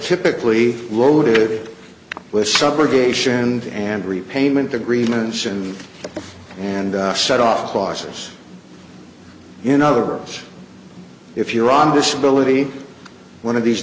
typically loaded with subrogation and repayment agreements and and set off clauses in other words if you're on disability one of these